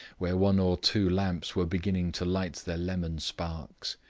where one or two lamps were beginning to light their lemon sparks.